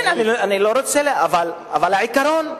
אבל העיקרון,